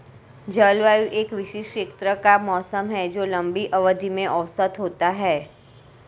जलवायु एक विशिष्ट क्षेत्र का मौसम है जो लंबी अवधि में औसत होता है